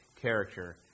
character